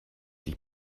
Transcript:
sich